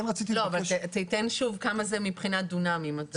לא, אבל תיתן שוב כמה זה מבחינת דונמים.